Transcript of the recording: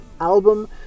album